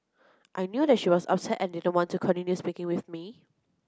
I knew that she was upset and didn't want to continue speaking with me